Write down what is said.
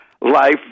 life